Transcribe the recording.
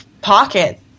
pocket